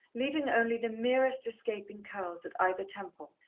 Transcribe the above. leaving only the merest escaping curls at either temple,